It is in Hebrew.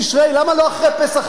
למה לא אחרי פסח הבא?